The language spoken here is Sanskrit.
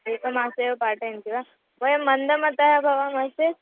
एकमासे एव पाठयन्ति वा वयं मन्दमतयः भवामः चेत्